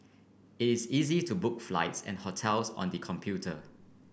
it is is easy to book flights and hotels on the computer